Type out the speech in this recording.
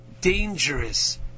dangerous